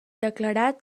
declarat